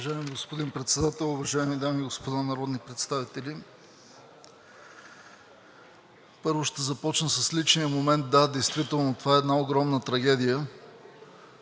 Уважаеми господин Председател, уважаеми дами и господа народни представители! Първо, ще започна с личния момент. Да, действително това е една огромна трагедия.